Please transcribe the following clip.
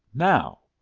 now!